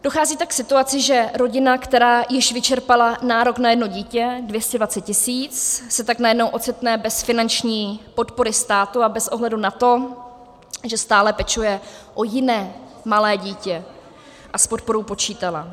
Dochází tak k situaci, že rodina, která již vyčerpala nárok na jedno dítě 220 tisíc, se tak najednou ocitne bez finanční podpory státu bez ohledu na to, že stále pečuje o jiné malé dítě a s podporou počítala.